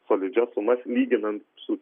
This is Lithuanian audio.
solidžias sumas lyginant su